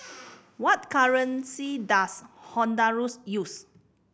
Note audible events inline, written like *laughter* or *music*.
*noise* what currency does Honduras use